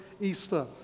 Easter